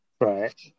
Right